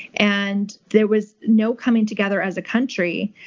and there was no coming together as a country,